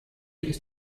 ist